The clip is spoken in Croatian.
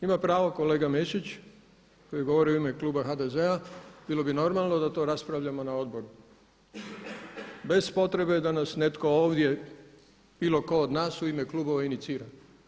Ima pravo kolega Mesić koji je govorio u ime kluba HDZ-a, bilo bi normalno da to raspravljamo na odboru bez potrebe da nas netko ovdje, bilo tko od nas u ime klubova inicira.